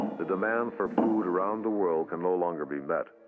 the demand for food around the world can no longer be met.